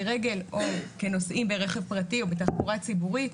רגל או כנוסעים ברכב פרטי או בתחבורה ציבורית,